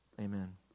Amen